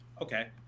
Okay